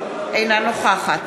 אינה נוכחת